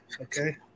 Okay